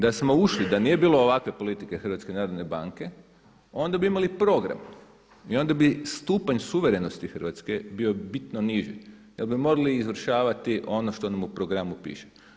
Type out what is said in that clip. Da smo ušli, da nije bilo ovakve politike HNB-a onda bi imali program i onda bi stupanj suverenosti Hrvatske bio bitno niži jer bi morali izvršavati ono što nam u programu piše.